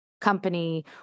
company